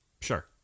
Sure